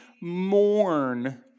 mourn